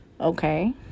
okay